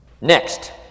Next